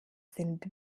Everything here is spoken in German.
sind